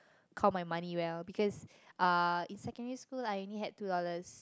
count my money well because uh in secondary like I only had two dollars